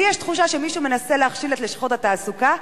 לי יש תחושה שמישהו מנסה להכשיל את לשכות התעסוקה.